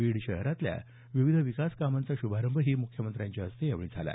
बीड शहरातल्या विविध विकास कामांचा श्रभारंभही मुख्यमंत्र्यांच्या हस्ते यावेळी झाला